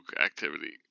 activity